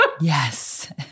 Yes